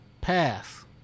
pass